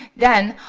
then,